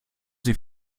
sie